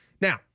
Now